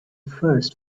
first